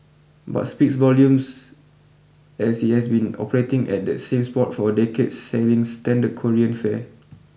but speaks volumes as it has been operating at that same spot for a decade selling standard Korean fare